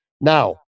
Now